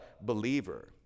believer